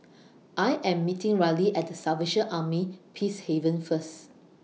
I Am meeting Ryley At The Salvation Army Peacehaven First